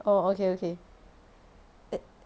oh okay okay